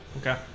Okay